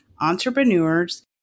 entrepreneurs